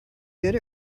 good